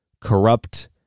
corrupt